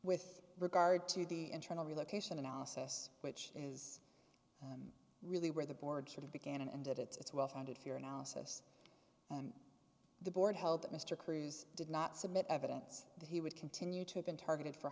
with regard to the internal relocation analysis which is really where the board sort of began and ended its well founded fear analysis and the board held that mr cruz did not submit evidence that he would continue to have been targeted for